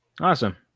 Awesome